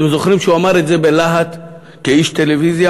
אתם זוכרים שהוא אמר את זה בלהט כאיש טלוויזיה?